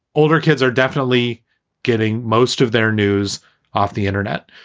older kids are definitely getting most of their news off the internet.